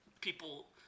people